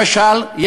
למשל,